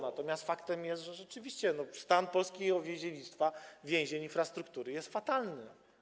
Natomiast faktem jest, że rzeczywiście stan polskiego więziennictwa, więzień, infrastruktury jest fatalny.